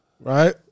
Right